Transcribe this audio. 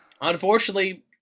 Unfortunately